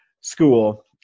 school